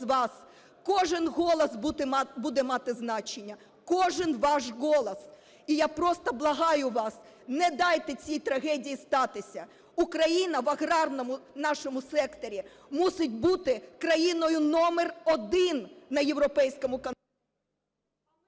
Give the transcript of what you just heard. Кожен голос буде мати значення. Кожен ваш голос. І я просто благаю вас: не дайте цій трагедії статися. Україна в аграрному нашому секторі мусить бути країною номер один на європейському континенті.